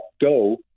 go